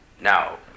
Now